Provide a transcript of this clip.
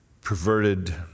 perverted